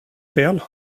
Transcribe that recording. fel